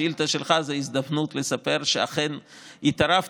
השאילתה שלך זו הזדמנות לספר שאכן התערבתי,